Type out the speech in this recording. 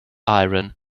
iron